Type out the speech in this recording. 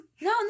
no